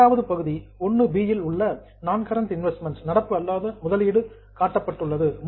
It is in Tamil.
இரண்டாவது பகுதி 1 இல் நான் கரண்ட் இன்வெஸ்ட்மென்ட் நடப்பு அல்லாத முதலீடு காட்டப்பட்டுள்ளது